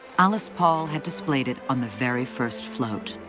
alice paul had displayed it on the very first float